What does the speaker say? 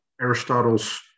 Aristotle's